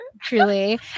Truly